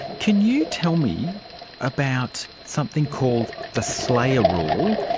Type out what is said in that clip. can you tell me about something called the slayer rule,